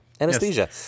anesthesia